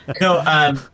No